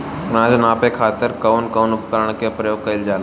अनाज नापे खातीर कउन कउन उपकरण के प्रयोग कइल जाला?